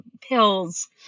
pills